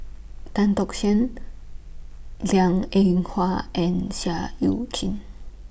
Tan Tock San Liang Eng Hwa and Seah EU Chin